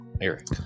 Eric